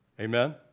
Amen